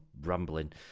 rambling